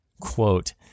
quote